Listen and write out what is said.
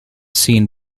scene